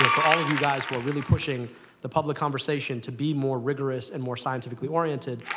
so for all of you guys who are really pushing the public conversation to be more rigorous and more scientifically-oriented.